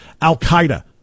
al-Qaeda